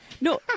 No